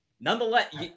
Nonetheless